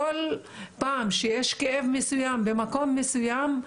כל פעם שיש כאב מסוים במקום מסוים,